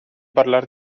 parlar